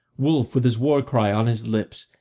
wulf with his war-cry on his lips,